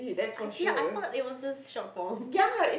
I ya I thought it was just short form